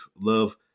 love